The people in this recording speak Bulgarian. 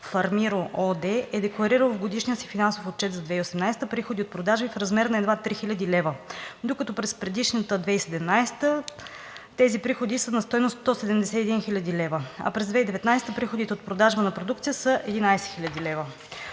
„Фармиро“ ООД е декларирал в годишния си финансов отчет за 2018 г. приходи от продажби в размер на едва 3 хил. лв., докато през предишната 2017 г. тези приходи са на стойност 171 хил. лв., а през 2019 г. приходите от продажба на продукцията са 11 хил. лв.